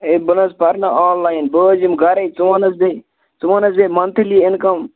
ہے بہٕ نہ حظ پَرٕ نہٕ آنلایِن بہٕ حظ یِم گَرٕے ژٕ وَن حظ مےٚ ژٕ وَن حظ بیٚیہِ مَنتھلی اِنکَم